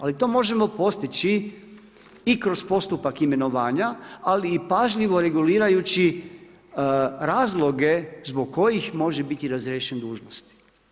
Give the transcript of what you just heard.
Ali to možemo postići i kroz postupak imenovanja, ali i pažljivo regulirajući razloge zbog kojih može biti razriješen dužnosti.